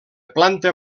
planta